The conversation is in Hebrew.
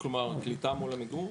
כלומר, קליטה מול עמיגור?